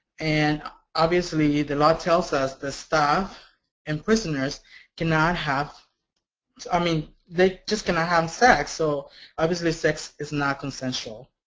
and obviously the law tells us that staff and prisoners cannot have i mean, they just cannot have sex, so obviously sex is not consensual.